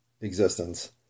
existence